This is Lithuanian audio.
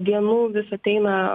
dienų vis ateina